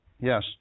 yes